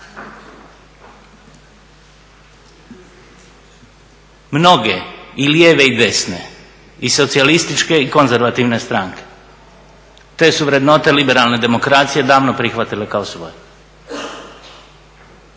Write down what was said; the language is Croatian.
Mnoge i lijeve i desne i socijalističke i konzervativne stranke, te su vrednote liberalne demokracije davno prihvatile kao svoje.